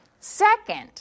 Second